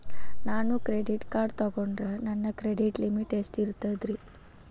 ನಾನು credit card ತೊಗೊಂಡ್ರ ನನ್ನ ಕ್ರೆಡಿಟ್ ಲಿಮಿಟ್ ಎಷ್ಟ ಇರ್ತದ್ರಿ?